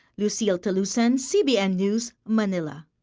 lucille talusan, cbn news, manila.